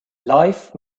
life